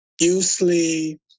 Usually